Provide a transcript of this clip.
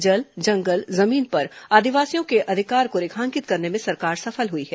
जल जंगल जमीन पर आदिवासियों के अधिकार को रेखांकित करने में सरकार सफल हुई है